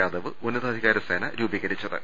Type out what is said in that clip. യാദവ് ഉന്നതാധികാര സേന രൂപീകരിച്ചത്